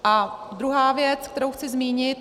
A druhá věc, kterou chci zmínit.